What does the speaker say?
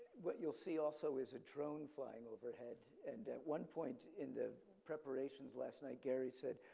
what you'll see also is a drone flying overhead and at one point in the preparations last night, gerry said,